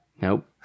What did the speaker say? nope